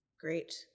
Great